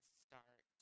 start